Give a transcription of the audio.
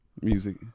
Music